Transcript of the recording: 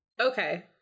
Okay